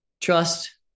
trust